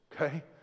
okay